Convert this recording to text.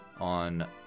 on